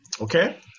Okay